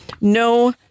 No